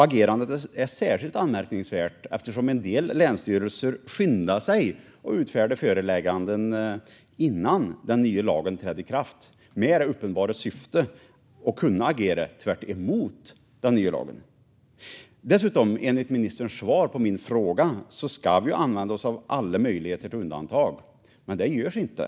Agerandet är särskilt anmärkningsvärt eftersom en del länsstyrelser skyndar sig att utfärda förelägganden innan den nya lagen träder i kraft med det uppenbara syftet att kunna agera tvärtemot den nya lagen. Enligt ministerns svar på min fråga ska vi använda oss av alla möjligheter till undantag, men det görs inte.